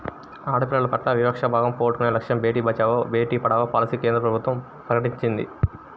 ఆడపిల్లల పట్ల వివక్షతా భావం పోగొట్టే లక్ష్యంతో బేటీ బచావో, బేటీ పడావో పాలసీని కేంద్ర ప్రభుత్వం ప్రకటించింది